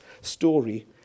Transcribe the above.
story